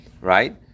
right